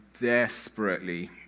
desperately